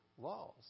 laws